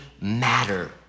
matter